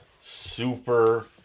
super